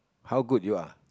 how good you are